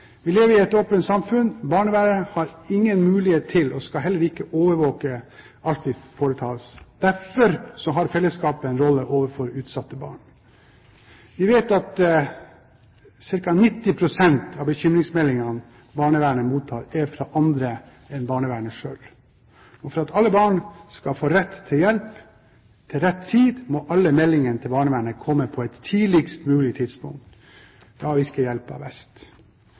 har ingen mulighet til å – og skal heller ikke – overvåke alt vi foretar oss. Derfor har fellesskapet en rolle overfor utsatte barn. Vi vet at ca. 90 pst. av bekymringsmeldingene barnevernet mottar, er fra andre enn barnevernet selv. For at barn skal få rett til hjelp, og til rett tid, må alle meldingene til barnevernet komme på et tidligst mulig tidspunkt. Da virker